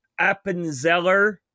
Appenzeller